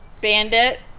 Bandit